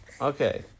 Okay